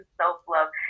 self-love